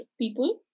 people